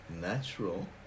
natural